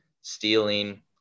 stealing